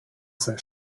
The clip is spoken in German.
sei